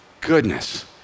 goodness